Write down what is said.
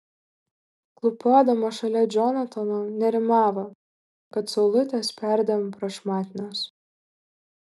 klūpodama šalia džonatano nerimavo kad saulutės perdėm prašmatnios